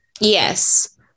Yes